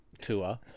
tour